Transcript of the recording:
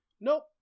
Nope